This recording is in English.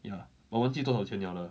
ya 我忘记多少钱 liao 了